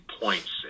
points